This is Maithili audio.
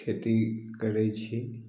खेती करैत छी